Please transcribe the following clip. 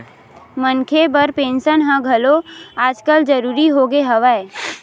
मनखे बर पेंसन ह घलो आजकल जरुरी होगे हवय